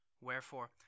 wherefore